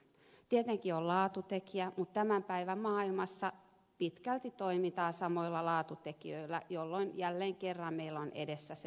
tietenkin on laatutekijä mutta tämän päivän maailmassa pitkälti toimitaan samoilla laatutekijöillä jolloin jälleen kerran meillä on edessä se sana